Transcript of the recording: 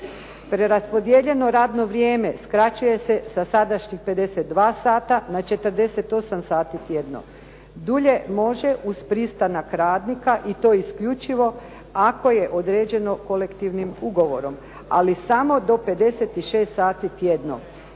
Preraspodijeljeno radno vrijeme skraćuje se sa sadašnjih 52 sata na 48 sati tjedno. Dulje može i to uz pristanak radnika i to isključivo ako je određeno kolektivnim ugovorom. Ali samo do 56 sati tjedno.